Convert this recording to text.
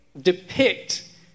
depict